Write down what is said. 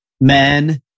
men